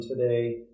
today